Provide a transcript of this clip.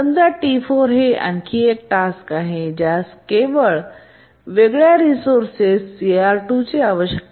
समजा T4 हे आणखी एक टास्क आहे ज्यास वेगळ्या रिसोर्से CR2 ची आवश्यकता आहे